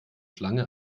schlange